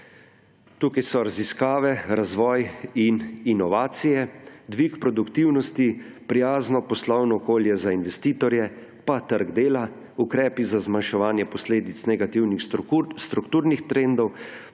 Tu so raziskave, razvoj in inovacije, dvig produktivnosti, prijazno poslovno okolje za investitorje, trg dela, ukrepi za zmanjševanje posledic negativnih strukturnih trendov,